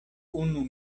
unu